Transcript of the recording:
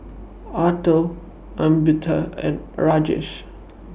Atal Amitabh and Rajesh